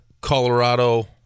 Colorado